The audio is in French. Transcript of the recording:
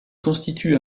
constitue